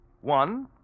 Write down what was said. One